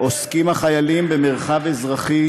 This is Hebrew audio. החיילים עוסקים במרחב אזרחי,